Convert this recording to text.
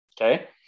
Okay